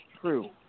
true